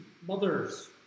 mothers